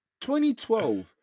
2012